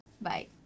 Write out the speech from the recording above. Bye